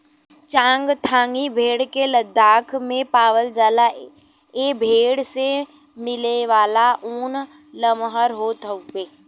चांगथांगी भेड़ के लद्दाख में पावला जाला ए भेड़ से मिलेवाला ऊन लमहर होत हउवे